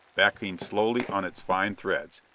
backing slowly on its fine threads,